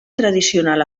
tradicional